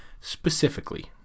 specifically